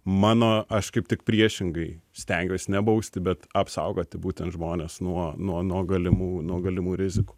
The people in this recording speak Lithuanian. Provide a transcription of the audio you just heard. mano aš kaip tik priešingai stengiuos ne bausti bet apsaugoti būtent žmones nuo nuo nuo galimų nuo galimų rizikų